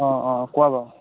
অঁ অঁ কোৱা বাৰু